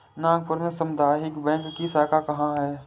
नागपुर में सामुदायिक बैंक की शाखा कहाँ है?